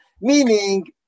Meaning